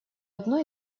одной